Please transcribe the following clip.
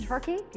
Turkey